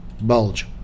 bulge